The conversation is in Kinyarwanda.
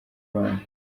bana